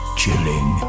chilling